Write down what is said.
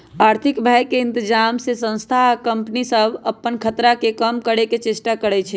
आर्थिक भय के इतजाम से संस्था आ कंपनि सभ अप्पन खतरा के कम करए के चेष्टा करै छै